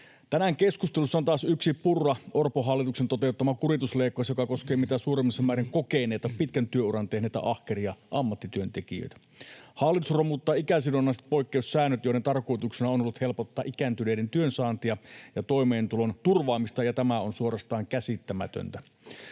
Tänään keskustelussa on taas yksi Purran—Orpon hallituksen toteuttama kuritusleikkaus, joka koskee mitä suurimmassa määrin kokeneita, pitkän työuran tehneitä ahkeria ammattityöntekijöitä. Hallitus romuttaa ikäsidonnaiset poikkeussäännöt, joiden tarkoituksena on ollut helpottaa ikääntyneiden työnsaantia ja toimeentulon turvaamista, ja tämä on suorastaan käsittämätöntä.